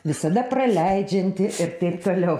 visada praleidžianti ir taip toliau